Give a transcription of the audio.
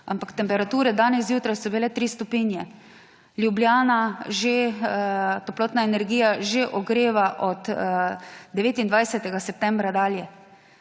ampak temperature danes zjutraj so bile tri stopinje. Ljubljana s toplotno energijo že ogreva od 29. septembra dalje.